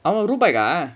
அவ:ava bike கா:kaa